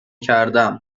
کردم